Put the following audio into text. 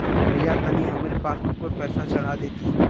भईया तनि हमरे पासबुक पर पैसा चढ़ा देती